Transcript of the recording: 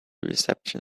reception